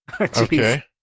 Okay